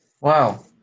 Wow